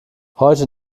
heute